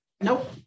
Nope